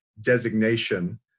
designation